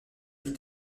vie